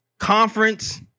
Conference